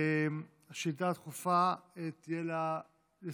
השאילתה הדחופה הראשונה תהיה של